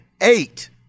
eight